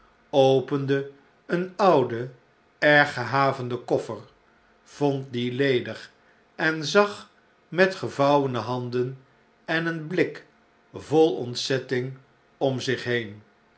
opende een ouden erg gehavenden koffer vond dien ledig en zag met gevouwene handen en een blik vol ontzetting om zich heen